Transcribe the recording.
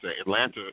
Atlanta